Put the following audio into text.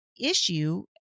issue